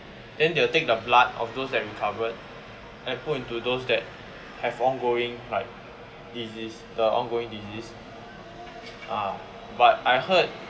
then they'll take the blood of those that recovered and put into those that have ongoing like disease the ongoing disease ah but I heard